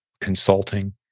consulting